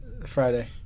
Friday